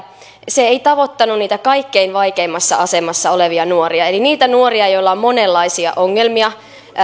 se ei tavoittanut niitä kaikkein vaikeimmassa asemassa olevia nuoria eli niitä nuoria joilla on monenlaisia ongelmia